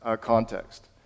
context